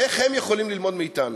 איך הם יכולים ללמוד מאתנו,